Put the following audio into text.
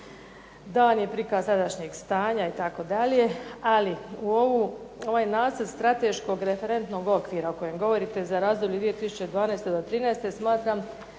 dan je prikaz sadašnjeg stanja itd., ali u ovu, ovaj nacrt strateteškog referentnog okvira o kojem govorite za razdoblje 2012. do 2013. smatram